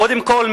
קודם כול,